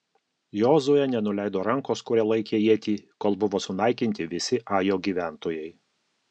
jozuė nenuleido rankos kuria laikė ietį kol buvo sunaikinti visi ajo gyventojai